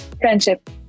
friendship